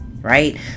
right